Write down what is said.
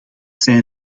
zijn